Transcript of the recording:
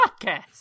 podcast